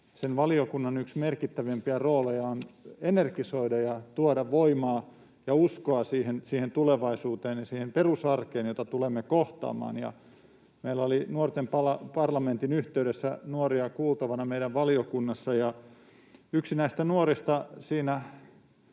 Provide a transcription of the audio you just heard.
sen valiokunnan yksi merkittävimpiä rooleja on energisoida ja tuoda voimaa ja uskoa siihen tulevaisuuteen ja siihen perusarkeen, jota tulemme kohtaamaan. Meillä oli Nuorten parlamentin yhteydessä nuoria kuultavana meidän valiokunnassa, ja yksi näistä nuorista siinä